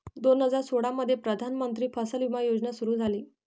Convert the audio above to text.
दोन हजार सोळामध्ये प्रधानमंत्री फसल विमा योजना सुरू झाली